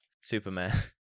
Superman